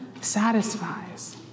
satisfies